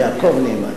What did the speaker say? יעקב,